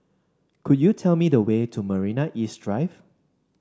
could you tell me the way to Marina East Drive